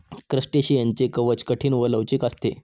क्रस्टेशियनचे कवच कठीण व लवचिक असते